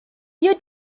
you